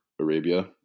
Arabia